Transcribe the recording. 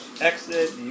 exit